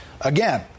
Again